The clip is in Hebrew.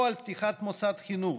או על פתיחת מוסד חינוך,